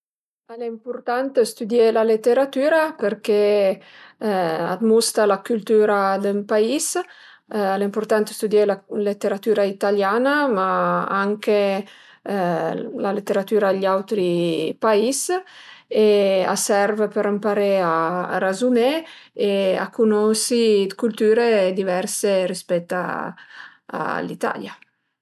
Al e ëmpurtant stüdié la leteratüra përché a të musta la cültüra d'ën pais, al e ëmpurtant stüdié la leteratüra italiana, ma anche la leteratüra dë gl'autri pais e a serv për emparé a razuné e a cunosi 'd cülture diverse rispet a l'Italia